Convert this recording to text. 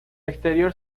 exterior